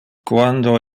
quando